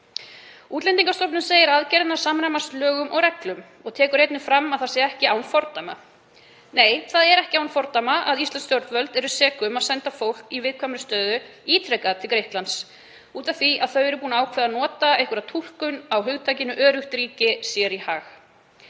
Útlendingastofnun segir aðgerðirnar samræmast lögum og reglum og tekur einnig fram að þetta sé ekki án fordæma. Nei, það er ekki án fordæma að íslensk stjórnvöld gerist sek um að senda fólk í viðkvæmri stöðu ítrekað til Grikklands af því að þau eru búin að ákveða að nota einhverja túlkun á hugtakinu „öruggt ríki“ sér í hag.